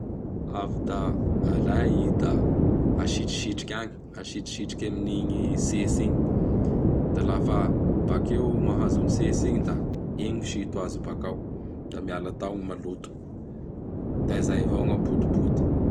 Avy da alay i da asitrisitriky agny, asitrisitriky amin'igny tsetsy igny; da lafa bakeo mahazo an'ny tsetsy igny da i misito azy bakao; da miala tao gny maloto. Da izay avao gn'apodipody.